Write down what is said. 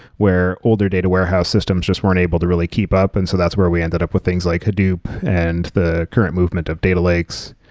where older data warehouse systems just weren't unable to really keep up. and so that's where we ended up with things like hadoop and the current movement of data lakes.